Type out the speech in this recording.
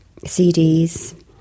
CDs